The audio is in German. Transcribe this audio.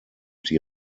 die